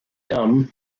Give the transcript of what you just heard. dumb